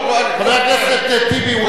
חבר הכנסת טיבי,